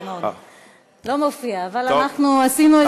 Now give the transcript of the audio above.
לא מופיע, אבל אנחנו עשינו איזשהו הסכם.